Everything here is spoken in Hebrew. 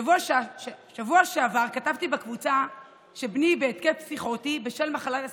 בשבוע שעבר כתבתי בקבוצה שבני בהתקף פסיכוטי בשל מחלת הסכיזופרניה.